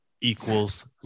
equals